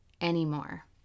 anymore